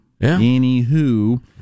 Anywho